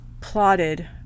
plotted